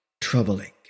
troubling